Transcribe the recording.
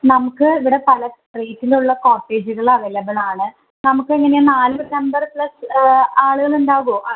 നമുക്ക് ഇവിടെ പല റേറ്റിലുള്ള കോട്ടേജുകൾ അവൈലബിളാണ് നമുക്കെങ്ങനെയാണ് നാല് നമ്പർ പ്ലസ് ആളുകളുണ്ടാവുവോ അ